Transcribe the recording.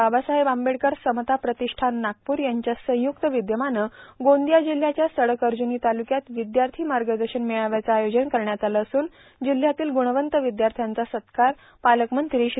बाबासाहेब आंबेडकर समता प्रतिष्ठान नागपूर यांच्या संयुक्त विद्यमानं गोंदिया जिल्ह्याच्या सडक अर्जुनी तालुक्यात विद्यार्थी मार्गदर्शन मेळाव्याचं आयोजन करण्यात आलं असून जिल्यातील गुणवंत विद्यार्थांचा सत्कार पालक मंत्री श्री